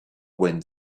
wind